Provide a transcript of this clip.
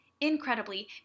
incredibly